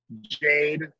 Jade